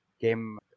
Game